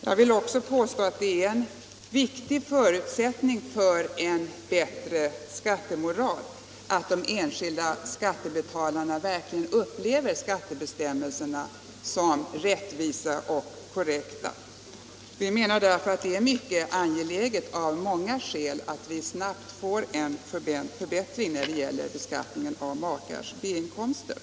Jag vill också påstå att en viktig förutsättning för en bättre skattemoral är att de enskilda skattebetalarna verkligen upplever skattebestämmelserna som rättvisa och korrekta. Vi menar därför att det av många skäl är mycket angeläget att vi snabbt får en förbättring när det gäller beskattningen av B-inkomster.